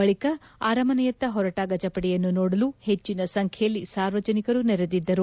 ಬಳಿಕ ಅರಮನೆಯತ್ತ ಹೊರಟ ಗಜಪಡೆಯನ್ನು ನೋಡಲು ಹೆಚ್ಚಿನ ಸಂಖ್ಯೆಯಲ್ಲಿ ಸಾರ್ವಜನಿಕರು ನೆರೆದಿದ್ದರು